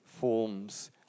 forms